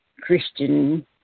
Christian